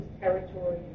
territory